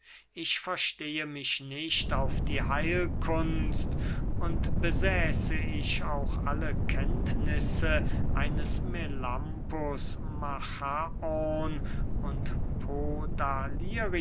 ich verstehe mich nicht auf die heilkunst und besäße ich auch alle kenntnisse eines melampus machaon und